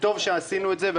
טוב שעשינו את זה.